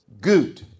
good